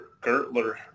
Gertler